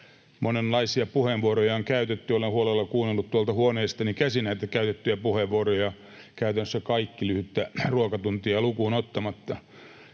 Monenlaisia puheenvuoroja on käytetty. Olen huolella kuunnellut tuolta huoneestani käsin näitä käytettyjä puheenvuoroja, käytännössä kaikki lyhyttä ruokatuntia lukuun ottamatta.